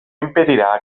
impedirà